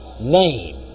name